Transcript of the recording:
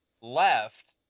left